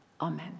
Amen